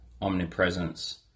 omnipresence